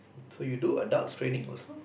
so you do adults training also